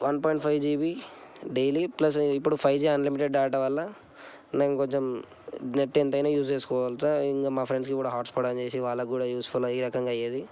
one point five GB daily plus ఇప్పుడు five G unlimited data వల్ల నేను కొంచెం నెట్ ఎంతైనా యూస్ చేయగలుగుతాను ఇంకా మా ఫ్రెండ్స్కి కూడా హాట్స్పాట్ ఆన్ చేసి వాళ్ళకు కూడా యూస్ఫుల్ అయ్యే రకంగా అయ్యేది